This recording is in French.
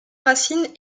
racine